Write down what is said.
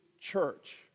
church